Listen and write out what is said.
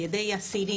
על ידי אסירים,